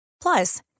Plus